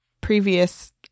previous